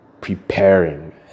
preparing